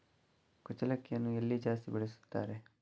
ಕುಚ್ಚಲಕ್ಕಿಯನ್ನು ಎಲ್ಲಿ ಜಾಸ್ತಿ ಬೆಳೆಸುತ್ತಾರೆ?